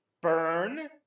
Burn